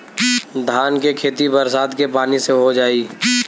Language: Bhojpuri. धान के खेती बरसात के पानी से हो जाई?